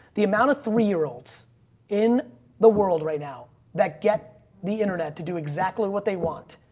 the amount of three year olds in the world right now that get the internet to do exactly what they want,